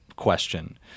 question